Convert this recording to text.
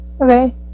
Okay